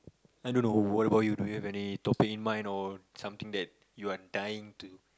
I don't know what about you do you have any topic in mind or something that you are dying to